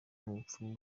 umupfumu